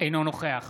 אינו נוכח